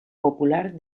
popular